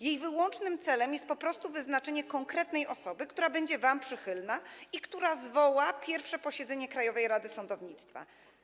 Jej wyłącznym celem jest po prostu wyznaczenie konkretnej osoby, która będzie wam przychylna i która zwoła pierwsze posiedzenie Krajowej Rady Sądownictwa.